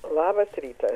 labas rytas